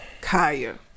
Kaya